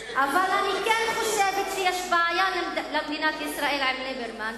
אבל אני כן חושבת שיש בעיה למדינת ישראל עם ליברמן.